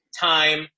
time